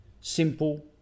simple